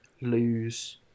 lose